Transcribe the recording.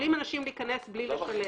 יכולים אנשים להיכנס בלי לשלם.